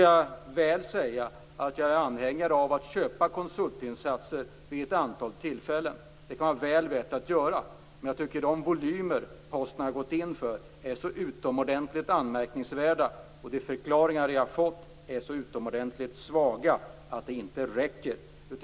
Jag är anhängare av att man köper konsultinsatser vid ett antal tillfällen. Det kan vara väl värt att göra det. Men de volymer Posten har gått in för är så utomordentligt anmärkningsvärda, och de förklaringar jag fått är så svaga att det inte räcker.